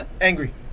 Angry